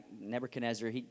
Nebuchadnezzar